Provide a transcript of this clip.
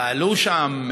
פעלו שם,